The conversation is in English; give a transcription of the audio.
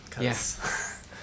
Yes